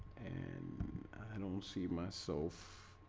and i don't see myself